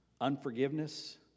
unforgiveness